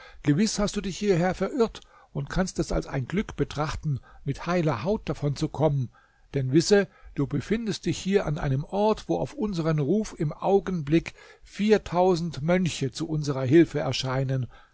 gewiß hast du dich hierher verirrt und kannst es als ein glück betrachten mit heiler haut davonzukommen denn wisse du befindest dich hier an einem ort wo auf unseren ruf im augenblick viertausend mönche zu unserer hilfe erscheinen